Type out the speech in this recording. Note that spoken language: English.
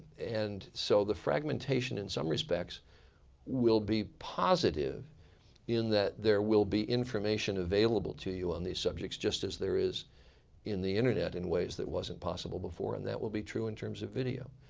and so the fragmentation in some respects will be positive in that there will be information available to you on these subjects. just as there is in the internet in ways that wasn't possible before. and that will be true in terms of video.